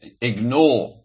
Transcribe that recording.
ignore